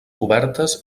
cobertes